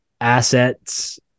assets